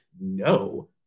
no